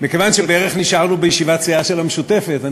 מכיוון שבערך נשארנו בישיבת סיעה של המשותפת,